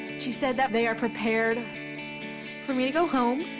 she said that they are prepared for me to go home.